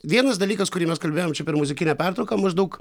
vienas dalykas kurį mes kalbėjom čia per muzikinę pertrauką maždaug